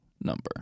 Number